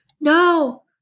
No